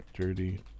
Dirty